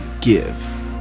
give